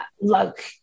look